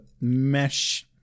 mesh